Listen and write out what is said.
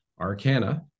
Arcana